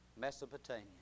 Mesopotamia